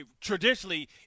traditionally